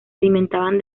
alimentaban